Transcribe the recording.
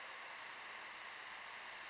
ya